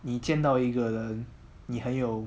你见到一个人你很有